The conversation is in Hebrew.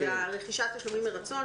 ורכישת תשלומים מרצון,